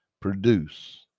produce